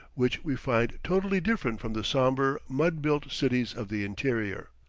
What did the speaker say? which we find totally different from the sombre, mud-built cities of the interior.